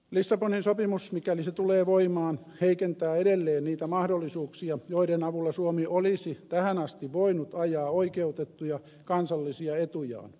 lissabonin sopimus mikäli se tulee voimaan heikentää edelleen niitä mahdollisuuksia joiden avulla suomi olisi tähän asti voinut ajaa oikeutettuja kansallisia etujaan